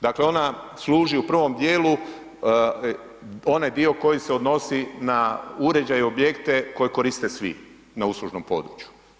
Dakle ona služi u prvom dijelu onaj dio koji se odnosi na uređaj i objekte koje koriste svi na uslužnom području.